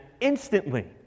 instantly